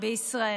בישראל.